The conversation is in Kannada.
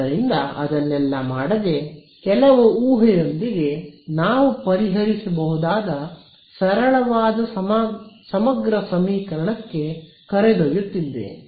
ಆದ್ದರಿಂದ ಅದನ್ನೆಲ್ಲ ಮಾಡದೇ ಕೆಲವು ಊಹೆಯೊಂದಿಗೆ ನಾವು ಪರಿಹರಿಸಬಹುದಾದ ಸರಳವಾದ ಸಮಗ್ರ ಸಮೀಕರಣಕ್ಕೆ ಕರೆದೊಯ್ಯುತ್ತಿದ್ದೇನೆ